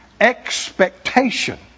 Expectation